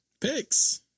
Picks